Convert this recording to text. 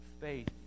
faith